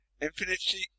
Infinity